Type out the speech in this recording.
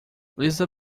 lisa